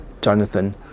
jonathan